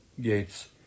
Gates